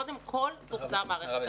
אבל קודם כל שתוחזר מערכת החינוך.